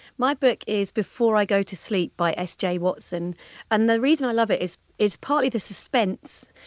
my book is before i go to sleep by s j. watson and the reason i love it is is partly the suspense,